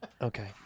Okay